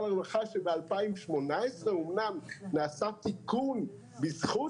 הרווחה שבשנת 2018 אמנם נעשה תיקון בזכות